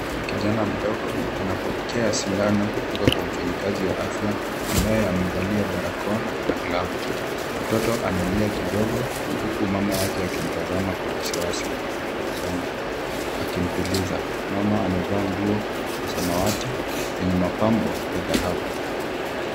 Kijana mdogo anapokea sindano kutoka kwa mfanyakazi wa afya ambaye amevalia barakoa na glavu .Mtoto analia kidogo uku mama yake akimtazama Kwa wasiwasi na tabasamu akimtuliza. Mama amevaa nguo ya samawati yenye mapambo ya dhahabu.